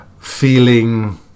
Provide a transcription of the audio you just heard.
feeling